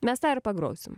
mes tą ir pagrosim